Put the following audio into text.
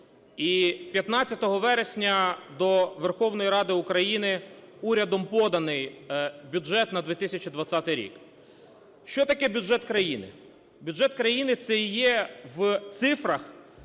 і 15 вересня до Верховної Ради України урядом поданий бюджет на 2020 рік. Що таке бюджет країни? Бюджет країни – це і є в цифрах